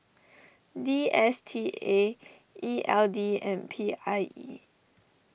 D S T A E L D and P I E